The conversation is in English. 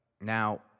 Now